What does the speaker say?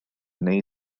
wnei